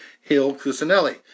Hill-Cusinelli